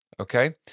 Okay